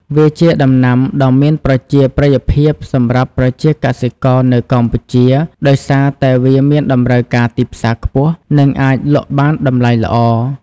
វាជាដំណាំដ៏មានប្រជាប្រិយភាពសម្រាប់ប្រជាកសិករនៅកម្ពុជា ដោយសារតែវាមានតម្រូវការទីផ្សារខ្ពស់ និងអាចលក់បានតម្លៃល្អ។